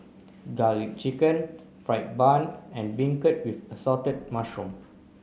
garlic chicken fried bun and beancurd with assorted mushroom